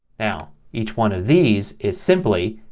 now each one of these is simply